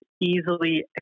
easily